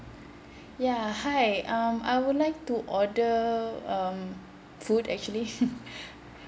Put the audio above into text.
ya hi um I would like to order um food actually